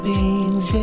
Beans